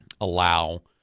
allow